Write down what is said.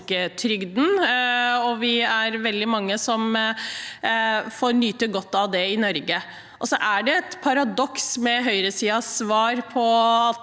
er veldig mange som får nyte godt av den i Norge. Det er et paradoks med høyresidens svar om at